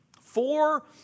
Four